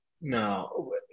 no